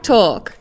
Talk